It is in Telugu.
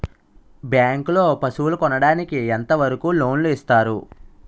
బ్యాంక్ లో పశువుల కొనడానికి ఎంత వరకు లోన్ లు ఇస్తారు?